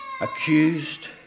accused